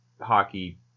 hockey